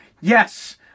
Yes